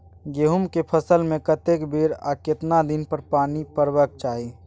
गेहूं के फसल मे कतेक बेर आ केतना दिन पर पानी परबाक चाही?